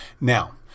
Now